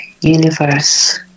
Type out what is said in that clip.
universe